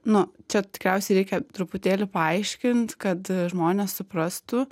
nu čia tikriausiai reikia truputėlį paaiškint kad žmonės suprastų